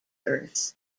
earth